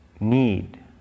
need